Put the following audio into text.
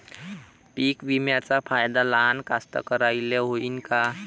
पीक विम्याचा फायदा लहान कास्तकाराइले होईन का?